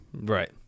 Right